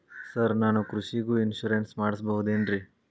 Sir ನಾನು ಕೃಷಿಗೂ insurance ಮಾಡಸಬಹುದೇನ್ರಿ?